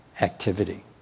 activity